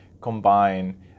combine